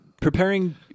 Preparing